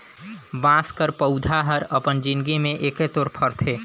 बाँस के पउधा हर अपन जिनगी में एके तोर फरथे